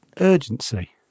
urgency